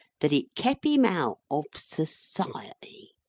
that it kep him out of society.